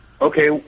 okay